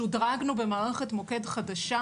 שודרגנו במערכת מוקד חדשה,